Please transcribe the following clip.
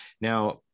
now